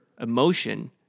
emotion